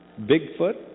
Bigfoot